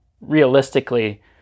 realistically